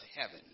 heaven